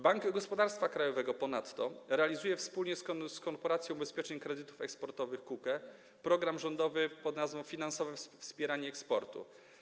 Bank Gospodarstwa Krajowego ponadto realizuje wspólnie z Korporacją Ubezpieczeń Kredytów Eksportowych, KUKE, program rządowy pn. „Finansowe wspieranie eksportu”